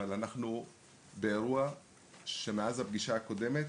אבל אנחנו באירוע שמאז הפגישה הקודמת,